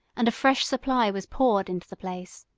and a fresh supply was poured into the place.